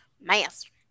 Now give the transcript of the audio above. Master